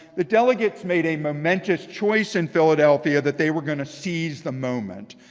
the delegates made a momentous choice in philadelphia that they were going to seize the moment.